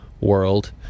world